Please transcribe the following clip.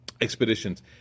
expeditions